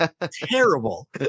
Terrible